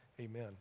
Amen